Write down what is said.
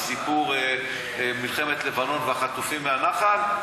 בסיפור מלחמת לבנון והחטופים מהנח"ל,